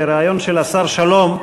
הרעיון של השר שלום,